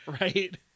Right